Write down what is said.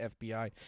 FBI